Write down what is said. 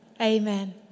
Amen